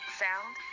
sound